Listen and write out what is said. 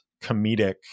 comedic